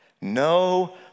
No